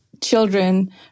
children